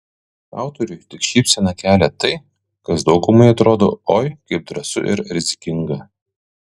autoriui tik šypseną kelia tai kas daugumai atrodo oi kaip drąsu ir rizikinga